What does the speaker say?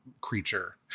creature